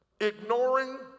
ignoring